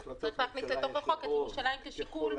וצריך להכניס לתוך החוק את ירושלים כשיקול,